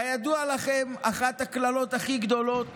כידוע לכם, אחת הקללות הכי גדולות